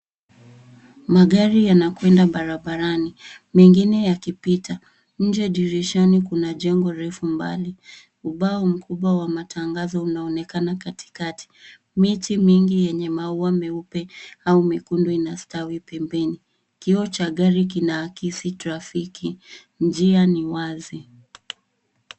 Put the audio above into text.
Magari yanakwenda barabarani mengine yakipita. Nje dirishani kuna jengo refu mbali. Ubao mkubwa wa matangazo unaonekana katikati. Miti mingi yenye maua meupe au mekundu inastawi pembeni. Kioo cha gari kinaakisi trafiki. Njia ni wazi.